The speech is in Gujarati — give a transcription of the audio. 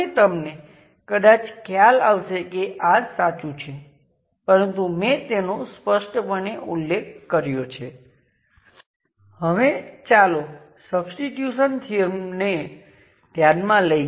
વૈકલ્પિક રીતે જો તમે કરંટ લાગુ કરો અને વોલ્ટેજ શોધો તો તે વોલ્ટેજ કરંટ કરતા રેઝિસ્ટન્સ હશે